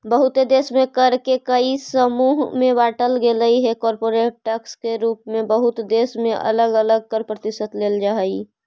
बहुते देश में कर के कई समूह में बांटल गेलइ हे कॉरपोरेट टैक्स के रूप में बहुत देश में अलग अलग कर प्रतिशत लेल जा हई